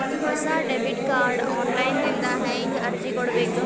ಹೊಸ debit card online ದಿಂದ ಹೇಂಗ ಅರ್ಜಿ ಕೊಡಬೇಕು?